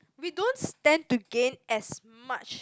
we don't stand to gain as much